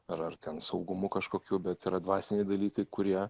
ar ar ten saugumu kažkokiu bet yra dvasiniai dalykai kurie